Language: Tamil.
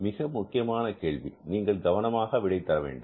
மிக முக்கியமான கேள்வி நீங்கள் கவனமாக விடை தர வேண்டும்